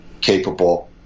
capable